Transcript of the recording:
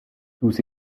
tous